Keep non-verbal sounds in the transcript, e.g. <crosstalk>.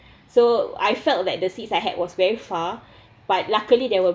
<breath> so I felt like the seats I had was very far but luckily there were